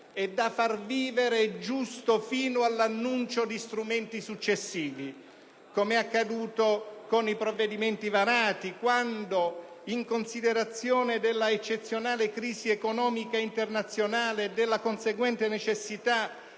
e da far vivere giusto fino all'annuncio di strumenti successivi, com'è accaduto con i provvedimenti varati quando, in considerazione della eccezionale crisi economica internazionale e della conseguente necessità